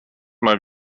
mal